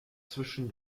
zwischen